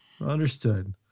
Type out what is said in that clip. Understood